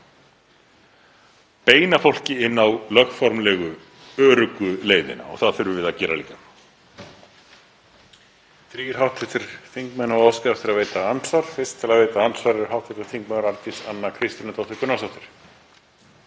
beina fólki inn á lögformlegu öruggu leiðina og það þurfum við líka